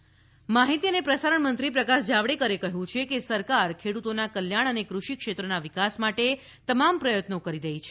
મંત્રી પ્રકાશ જાવડેકર માહિતી અને પ્રસારણ મંત્રી પ્રકાશ જાવડેકરે કહ્યું છે કે સરકાર ખેડૂતોના કલ્યાણ અને ફષિ ક્ષેત્રના વિકાસ માટે તમામ પ્રયત્નો કરી રહી છે